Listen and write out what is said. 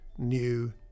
New